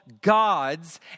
gods